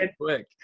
quick